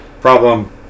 problem